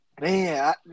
Man